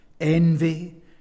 Envy